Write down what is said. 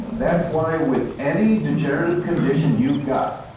that's why with any degenerative condition you've got,